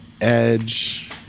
Edge